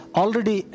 already